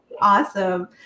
awesome